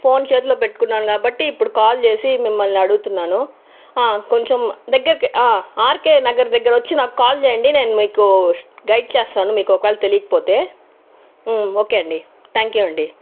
phone చేతిలో పెట్టుకున్నాను కాబట్టి ఇప్పుడు కాల్ చేసి మిమ్మల్ని అడుగుతున్నాను కొంచం దగ్గరికి ఆర్కే నగర్ దగ్గర వచ్చి నాక్ కాల్ చేయండి నేన్ మీకు గైడ్ చేస్తాను మీకు ఒకవేళ తెలియకపోతే ఓకే అండి థ్యాంక్ యూ అండి